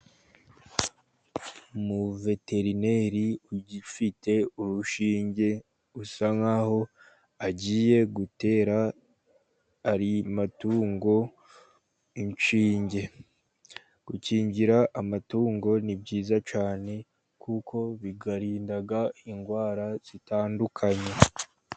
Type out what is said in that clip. Umuveterineri ugifite urushinge, usa nk'aho agiye gutera amatungo inshinge, gukingira amatungo ni byiza cyane, kuko biyarinda indwara zitandukanye.